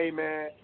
Amen